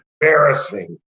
embarrassing